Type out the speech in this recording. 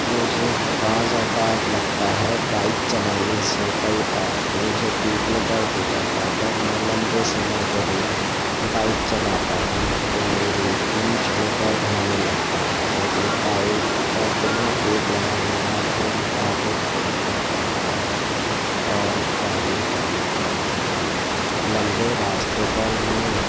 مجھے بعض اوقات لگتا ہے بائک چلانے سے کئی بار مجھے پیٹھ میں درد ہو جاتا ہے جب میں لمبے سمے کے لیے بائک چلاتا ہوں تو میری پیٹھ میں درد ہونے لگتا ہے کیونکہ بائک پر بنا ٹیک لگائے آپ کو متحرک بیٹھنا پڑتا ہے اور ڈرائیونگ کرنی پڑتی ہے لمبے راستے پر میں